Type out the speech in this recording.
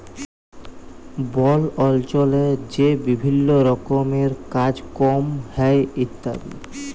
বল অল্চলে যে বিভিল্ল্য রকমের কাজ কম হ্যয় ইত্যাদি